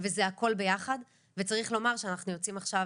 וזה הכל ביחד וצריך לומר שאנחנו יוצאים עכשיו